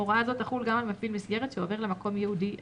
הוראה זו תחול גם על מפעיל מסגרת שעובר למקום ייעודי אחר."